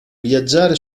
viaggiare